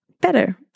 better